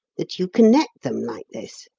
that you connect them like this?